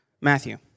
Matthew